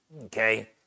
Okay